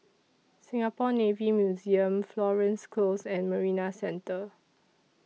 Singapore Navy Museum Florence Close and Marina Centre